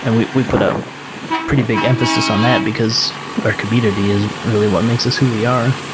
and we we put a pretty big emphasis on that, because our community is really what makes us who we are.